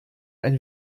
ein